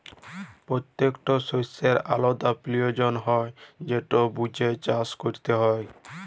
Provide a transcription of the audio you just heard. পত্যেকট শস্যের আলদা পিরয়োজন হ্যয় যেট বুঝে চাষট ক্যরতে হয়